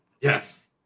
Yes